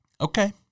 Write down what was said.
Okay